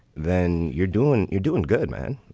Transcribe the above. then you're doing you're doing good, man